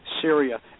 Syria